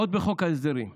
עוד בחוק ההסדרים הבנו,